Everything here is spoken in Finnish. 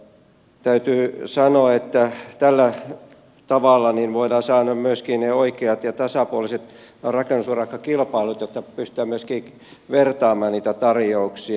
täytyy sanoa että tällä tavalla voidaan saada myöskin ne oikeat ja tasapuoliset rakennusurakkakilpailut jotta pystytään myöskin vertaamaan niitä tarjouksia